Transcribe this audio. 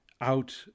out